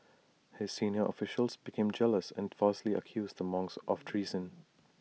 his senior officials became jealous and falsely accused the monks of treason